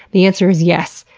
the answer is yes.